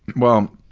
well,